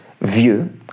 view